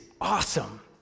awesome